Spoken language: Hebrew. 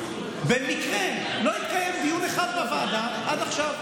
במקרה לא התקיים דיון אחד בוועדה עד עכשיו.